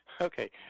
Okay